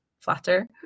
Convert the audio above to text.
flatter